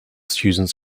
students